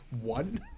one